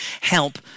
help